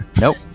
Nope